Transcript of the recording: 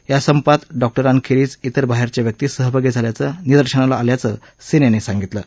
या संपात डॉक्टरांखेरीज तिर बाहेरच्या व्यक्ती सहभागी झाल्याचं निदर्शनाला आल्याचं सेन यांनी म्हटलं आहे